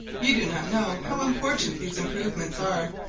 you do not know how important these improvements are,